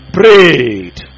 prayed